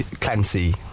Clancy